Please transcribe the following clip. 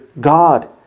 God